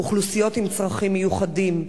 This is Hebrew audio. אוכלוסיות עם צרכים מיוחדים,